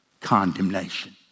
condemnation